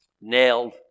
nailed